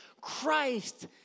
Christ